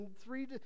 three